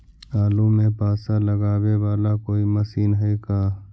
आलू मे पासा लगाबे बाला कोइ मशीन है का?